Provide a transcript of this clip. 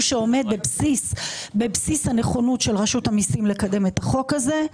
שעומד בבסיס הנכונות של רשות המיסים לקדם את החוק הזה.